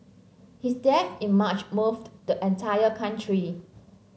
his death in March moved the entire country